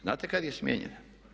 Znate kad je smijenjena?